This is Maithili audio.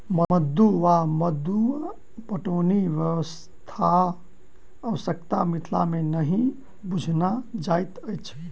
मद्दु वा मद्दा पटौनी व्यवस्थाक आवश्यता मिथिला मे नहि बुझना जाइत अछि